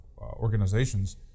organizations